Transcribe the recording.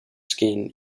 skin